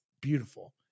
beautiful